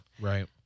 Right